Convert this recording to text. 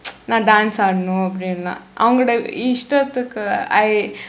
நான்:naan dance ஆடணும் அப்படி எல்லாம் அவங்களுடைய இஷ்டத்துக்கு:aadanum appadi ellam avangkalaudaiya ishdathukku I